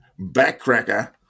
backcracker